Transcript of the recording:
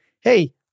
hey